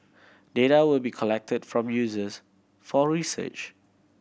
data will be collected from users for research